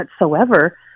whatsoever